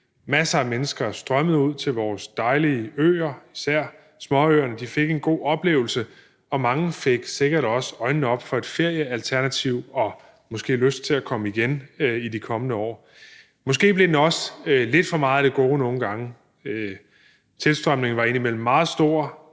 Masser af mennesker strømmede ud til vores dejlige øer, især småøerne, de fik en god oplevelse, og mange fik sikkert også øjnene op for et feriealternativ og måske lyst til at komme igen i de kommende år. Måske blev det nogle gange også lidt for meget af det gode, tilstrømningen var indimellem meget stor,